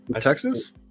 texas